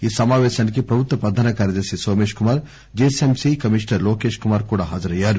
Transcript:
ఈ సమాపేశానికి ప్రభుత్వ ప్రధాన కార్యదర్శి Somesh Kumar GHMC commissioner Lokesh Kumar కూడా హాజరయ్యారు